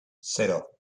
cero